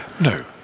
No